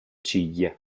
ciglia